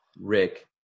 Rick